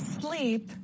sleep